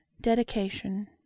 Dedication